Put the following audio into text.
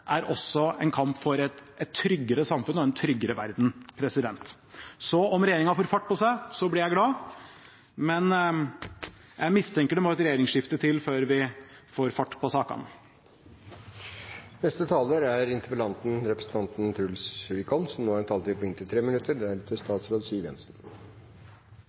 er også en kamp for et tryggere samfunn og en tryggere verden. Så om regjeringen får fart på seg, blir jeg glad, men jeg mistenker at det må et regjeringsskifte til før vi får fart på sakene. Tusen takk for deltakelsen i interpellasjonen. Det er